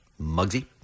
Muggsy